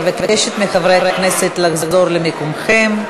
אני מבקשת מחברי הכנסת לחזור למקומותיהם.